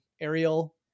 Ariel